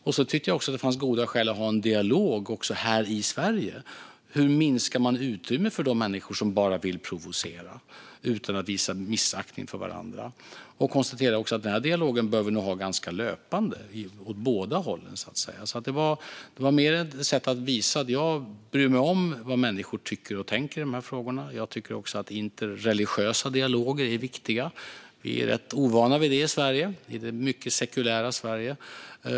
Jag tyckte att det fanns goda skäl att ha en dialog här i Sverige. Hur minskar man utrymmet för de människor som bara vill provocera utan att man visar missaktning för varandra? Jag konstaterade också att vi nog bör ha den här dialogen ganska löpande åt båda hållen, så att säga. Detta var mer ett sätt att visa att jag bryr mig om vad människor tycker och tänker i dessa frågor. Jag tycker också att interreligiösa dialoger är viktiga. Vi är rätt ovana vid det i Sverige - det mycket sekulära Sverige.